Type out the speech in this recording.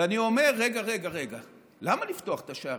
ואני אומר: רגע רגע רגע, למה לפתוח את השערים?